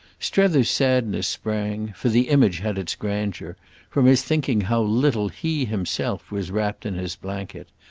strether's sadness sprang for the image had its grandeur from his thinking how little he himself was wrapt in his blanket,